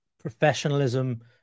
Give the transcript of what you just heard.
professionalism